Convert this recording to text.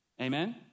Amen